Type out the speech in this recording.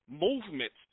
movements